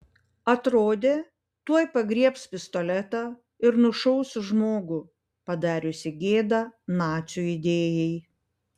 atrodė tuoj pagriebs pistoletą ir nušaus žmogų padariusį gėdą nacių idėjai